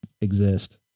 exist